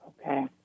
Okay